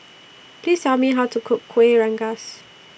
Please Tell Me How to Cook Kueh Rengas